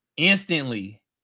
Instantly